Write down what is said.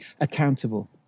accountable